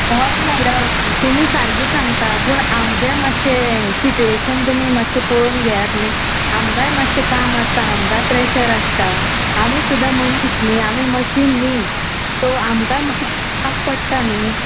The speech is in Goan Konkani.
हय मॅडम तुमी सारकें सांगता पूण आमचेंय मातशें सिटुएशन तुमी मातशें पळोवन घेयात न्ही आमकांय मातशें काम आसता आमकांय प्रेशर आसता आमी सुद्दां मनीस न्ही आमी मशीन न्ही सो आमकांय मातशें चिंतपाक पडटा न्ही